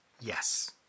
yes